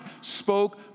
spoke